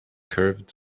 curved